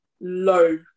low